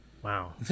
wow